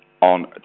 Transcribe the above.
on